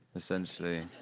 essentially.